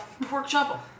Porkchop